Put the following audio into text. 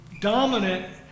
dominant